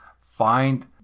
find